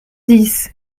dix